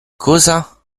cosa